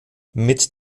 mit